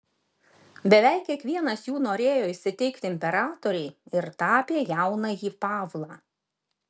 beveik kiekvienas jų norėjo įsiteikti imperatorei ir tapė jaunąjį pavlą